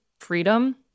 freedom